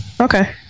Okay